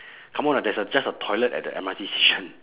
come on lah there's a just a toilet at the M_R_T station